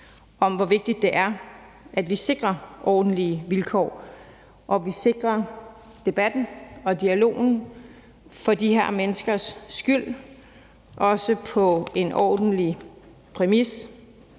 om, hvor vigtigt det er, at vi sikrer ordentlige vilkår, og at vi sikrer debatten og dialogen for de her menneskers skyld, og at det også er på en ordentlig præmis,